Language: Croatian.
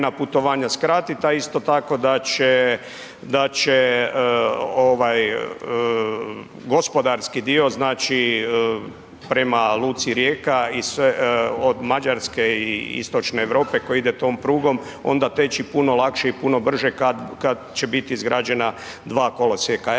putovanja skratiti a isto tako da će gospodarski dio, znači prema luci Rijeka od Mađarske i istočne Europe koji ide tom prugom onda teći puno lakše i puno brže kada će biti izgrađena dva kolosijeka. Evo